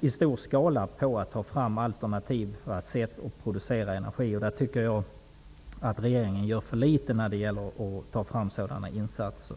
i stor skala satsa på att få fram alternativa sätt att producera energi. Jag tycker att regeringen gör för litet när det gäller sådana insatser.